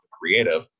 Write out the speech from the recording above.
creative